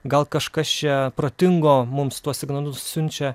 gal kažkas čia protingo mums tuos signalus siunčia